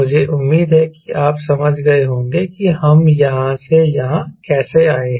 मुझे उम्मीद है कि आप समझ गए होंगे कि हम यहां से यहाँ कैसे आए हैं